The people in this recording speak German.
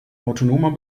autonomer